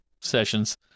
sessions